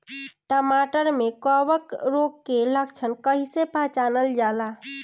टमाटर मे कवक रोग के लक्षण कइसे पहचानल जाला?